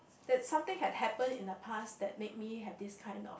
that's something had happened in the past that make me have this kind of